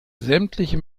sämtliche